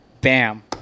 Bam